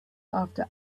after